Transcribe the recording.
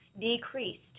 decreased